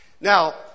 Now